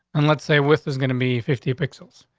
and let's say with is gonna be fifty pixels.